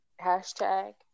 hashtag